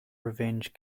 revenge